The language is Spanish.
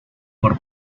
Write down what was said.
por